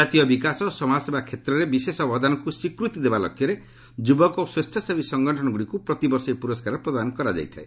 ଜାତୀୟ ବିକାଶ ଓ ସମାଜସେବା କ୍ଷେତ୍ରରେ ବିଶେଷ ଅବଦାନକୁ ସ୍ୱୀକୃତି ଦେବା ଲକ୍ଷ୍ୟରେ ଯୁବକ ଓ ସ୍ୱଚ୍ଛାସେବୀ ସଂଗଠନ ଗ୍ରଡ଼ିକ୍ ପ୍ରତିବର୍ଷ ଏହି ପ୍ରରସ୍କାର ପ୍ରଦାନ କରାଯାଇଥାଏ